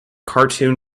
cartoon